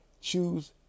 Choose